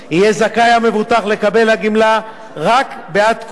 יהיה זכאי המבוטח לקבל גמלה רק בעד תקופה